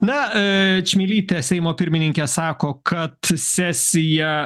na čmilytė seimo pirmininkė sako kad sesija